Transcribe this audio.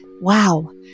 wow